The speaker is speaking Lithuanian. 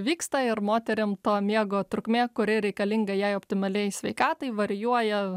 vyksta ir moterim to miego trukmė kuri reikalinga jai optimaliai sveikatai varijuoja